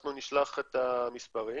אנחנו נשלח את המספרים.